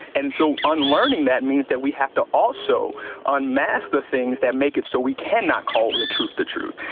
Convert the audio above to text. and so unlearning that means that we have to also unmask unmask the things that make it so we cannot call the truth, the truth.